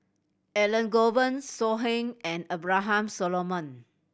Elangovan So Heng and Abraham Solomon